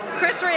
Chris